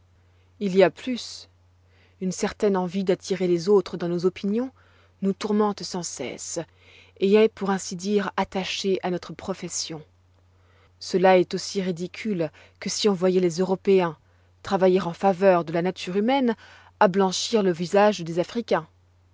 il y a plus une certaine envie d'attirer les autres dans nos opinions nous tourmente sans cesse et est pour ainsi dire attachée à notre profession cela est aussi ridicule que si on voyoit les européens travailler en faveur de la nature humaine à blanchir le visage des africains